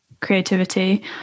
creativity